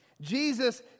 Jesus